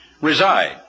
reside